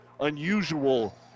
unusual